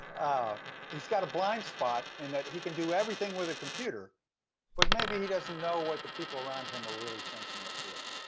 ah he's got a blind spot in that he can do everything with a computer but maybe he doesn't know what the people around him are really thinking or feeling.